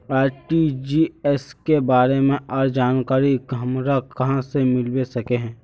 RTGS के बारे में आर जानकारी हमरा कहाँ से मिलबे सके है?